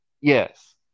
yes